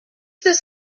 this